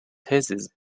thesis